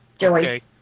Joey